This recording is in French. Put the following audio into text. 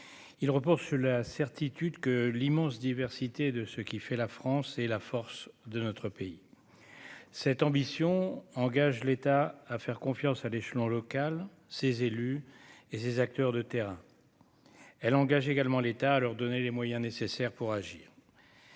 il repose sur la certitude que l'immense diversité de ce qui fait la France et la force de notre pays, cette ambition engage l'État à faire confiance à l'échelon local, ces élus et des acteurs de terrain, elle engage également l'état à leur donner les moyens nécessaires pour agir,